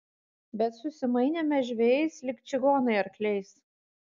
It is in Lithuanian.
bet susimainėme žvejais lyg čigonai arkliais